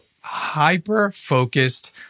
hyper-focused